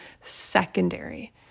secondary